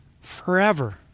forever